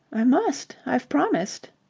i must. i've promised.